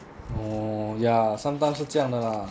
oh ya sometimes 是这样的